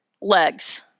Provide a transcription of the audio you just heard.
legs